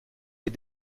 les